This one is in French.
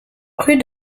rue